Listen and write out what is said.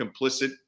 complicit